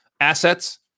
assets